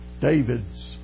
David's